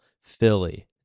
Philly